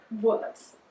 words